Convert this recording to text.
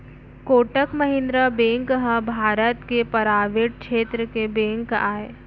Kotak Mahindra bank ह भारत के private छेत्र के बेंक आय